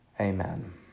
Amen